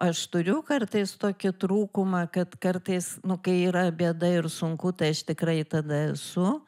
aš turiu kartais tokį trūkumą kad kartais kai yra bėda ir sunku tai aš tikrai tada esu